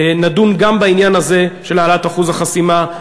נדון גם בעניין הזה של העלאת אחוז החסימה.